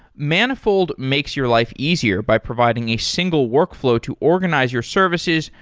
manifold makes your life easier by providing a single workflow to organize your services,